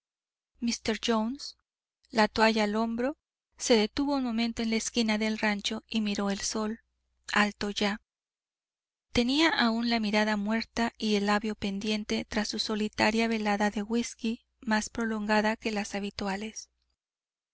míster jones la toalla al hombro se detuvo un momento en la esquina del rancho y miró el sol alto ya tenía aún la mirada muerta y el labio pendiente tras su solitaria velada de whisky más prolongada que las habituales